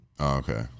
okay